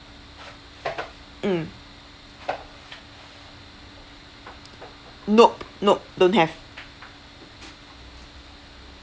mm nope nope don't have